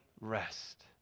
rest